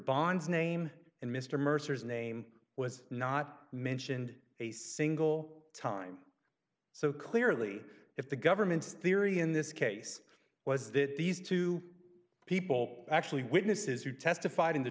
bond's name and mr mercer's name was not mentioned a single time so clearly if the government's theory in this case was that these two people actually witnesses who testified in the